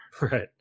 Right